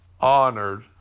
honored